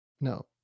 No